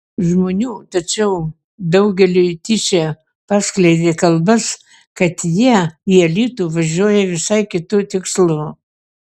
žmonių tačiau daugeliui tyčia paskleidė kalbas kad jie į alytų važiuoja visai kitu tikslu